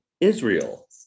Israel